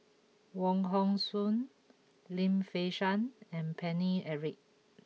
Wong Hong Suen Lim Fei Shen and Paine Eric